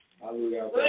Hallelujah